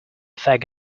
fag